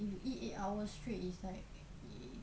if you eat eight hours straight is like eh